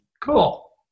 Cool